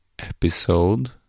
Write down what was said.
episode